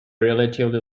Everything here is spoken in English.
relatively